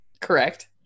Correct